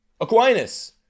Aquinas